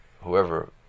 Whoever